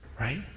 Right